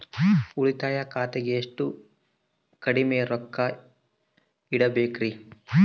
ಉಳಿತಾಯ ಖಾತೆಗೆ ಎಷ್ಟು ಕಡಿಮೆ ರೊಕ್ಕ ಇಡಬೇಕರಿ?